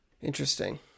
Interesting